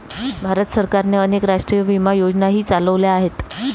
भारत सरकारने अनेक राष्ट्रीय विमा योजनाही चालवल्या आहेत